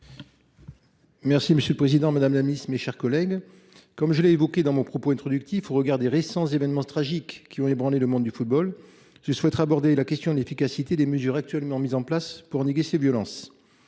Levi. Monsieur le président, madame la ministre, mes chers collègues, comme je l’ai évoqué dans mon propos introductif, je souhaiterais, au regard des récents événements tragiques qui ont ébranlé le monde du football, aborder la question de l’efficacité des mesures mises en place pour endiguer les violences.